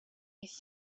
these